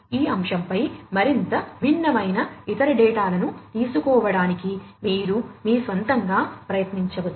ఈ అంశంపై మరింత భిన్నమైన ఇతర తేడాలను తెలుసుకోవడానికి మీరు మీ స్వంతంగా ప్రయత్నించవచ్చు